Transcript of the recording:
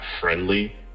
friendly